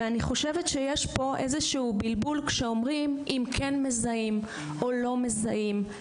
ואני חושבת שיש פה איזה שהוא בלבול כשאומרים אם כן מזהים או לא מזהים.